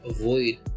avoid